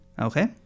Okay